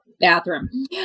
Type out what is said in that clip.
bathroom